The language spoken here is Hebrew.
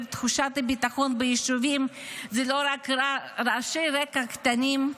תחושת הביטחון ביישובים זה לא רק רעשי רקע קטנים.